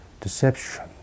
deception